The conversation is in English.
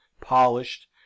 polished